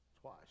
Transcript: twice